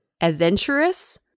adventurous